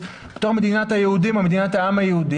בתור מדינת היהודים או מדינת העם היהודי.